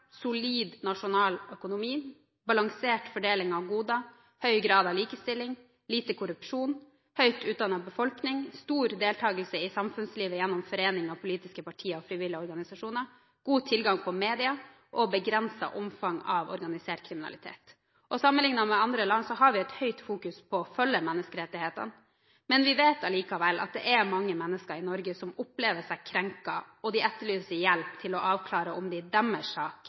solid nasjonal økonomi, balansert fordeling av goder, høy grad av likestilling, lite korrupsjon, høyt utdannet befolkning, stor deltakelse i samfunnslivet gjennom foreninger, politiske partier og frivillige organisasjoner, god tilgang på medier og begrenset omfang av organisert kriminalitet. Sammenlignet med andre land har vi et høyt fokus på å følge menneskerettighetene, men vi vet allikevel at det er mange mennesker i Norge som opplever seg krenket, og de etterlyser hjelp til å avklare om det i deres sak